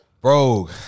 Bro